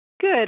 Good